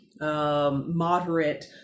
Moderate